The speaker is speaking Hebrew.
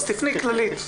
תפני כללית.